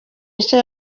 nshya